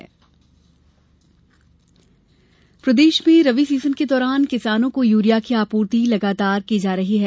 urea प्रदेश में रबी सीजन के दौरान किसानों को यूरिया की आपूर्ति लगातार की जा रही है